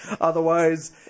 Otherwise